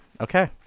okay